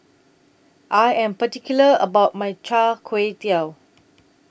I Am particular about My Char Kway Teow